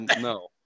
no